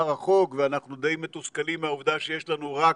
החוק ואנחנו די מתוסכלים מהעובדה שיש לנו רק